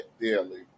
daily